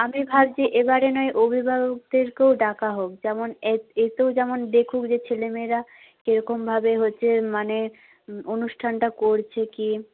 আমি ভাবছি এবারে নয় অভিভাবকদেরকেও ডাকা হোক যেমন এসেও যেমন দেখুক যে ছেলেমেয়েরা কীরকমভাবে হচ্ছে মানে অনুষ্ঠানটা করছে কী